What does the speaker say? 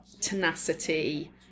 tenacity